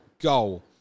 goal